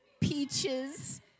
Peaches